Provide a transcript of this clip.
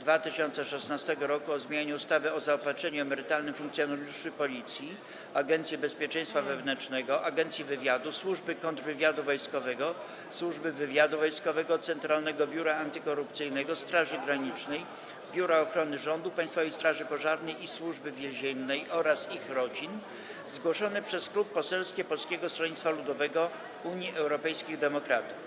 2016 r. o zmianie ustawy o zaopatrzeniu emerytalnym funkcjonariuszy Policji, Agencji Bezpieczeństwa Wewnętrznego, Agencji Wywiadu, Służby Kontrwywiadu Wojskowego, Służby Wywiadu Wojskowego, Centralnego Biura Antykorupcyjnego, Straży Granicznej, Biura Ochrony Rządu, Państwowej Straży Pożarnej i Służby Więziennej oraz ich rodzin - zgłoszony przez Klub Poselski Polskiego Stronnictwa Ludowego - Unii Europejskich Demokratów,